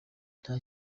nta